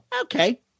Okay